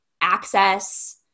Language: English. access